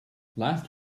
last